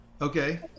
Okay